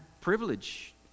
privilege